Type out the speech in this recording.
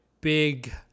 big